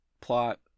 plot